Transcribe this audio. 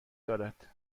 دارد